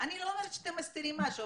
אני לא אומרת שאתם מסתירים משהו,